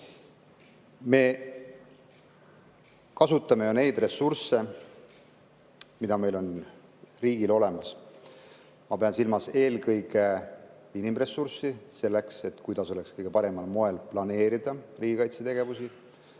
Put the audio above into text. Me kasutame neid ressursse, mis meie riigil on olemas. Ma pean silmas eelkõige inimressurssi, selleks et saaks kõige paremal moel planeerida riigikaitsetegevusi,